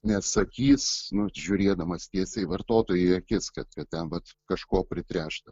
neatsakys nu žiūrėdamas tiesiai vartotojui į akis kad kad ten vat kažko pritręšta